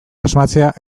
asmatzea